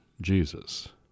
Jesus